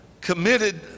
committed